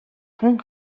тун